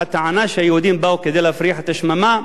הטענה שהיהודים באו כדי להפריח את השממה,